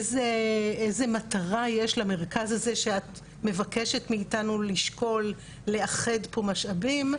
איזו מטרה יש למרכז הזה שאת מבקשת מאיתנו לשקול לאחד פה משאבים.